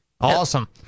Awesome